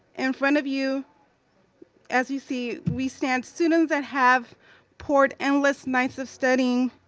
in front of you as you see, we stand students that have poured endless nights of studying.